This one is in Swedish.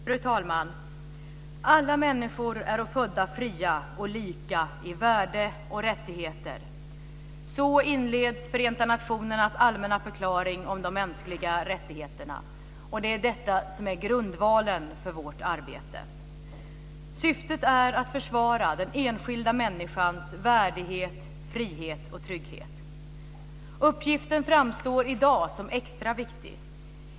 Fru talman! "Alla människor äro födda fria och lika i värde och rättigheter." Så inleds Förenta nationernas allmänna förklaring om de mänskliga rättigheterna. Detta är grundvalen för vårt arbete. Syftet är att försvara den enskilda människans värdighet, frihet och trygghet. Uppgiften framstår i dag som extra viktig.